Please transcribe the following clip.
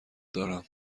دارم